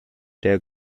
der